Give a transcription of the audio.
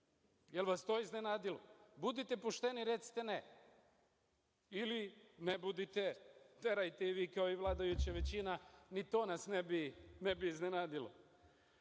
Jel vas to iznenadilo? Budite pošteni i recite ne, ili ne budite, terajte i vi kao i vladajuća većina ni to nas ne bi iznenadilo. Onda